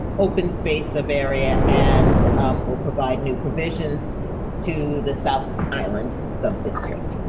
open space of area, and we'll provide new provisions to the south island sub district.